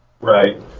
Right